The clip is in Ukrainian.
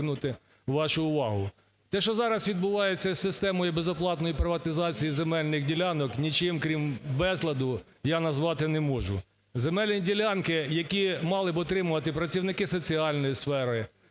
Те, що зараз відбувається із системою безоплатної приватизації земельних ділянок, нічим, крім безладу, я назвати не можу. Земельні ділянки, які б мали отримувати працівники соціальної сфери,